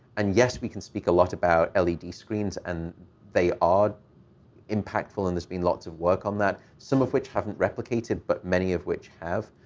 and yes, we can speak a lot about led screens, and they are impactful, and there's been lots of work on that, some of which haven't replicated but many of which have.